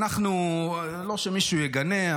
לא שמישהו יגנה,